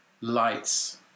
lights